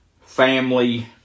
family